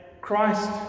Christ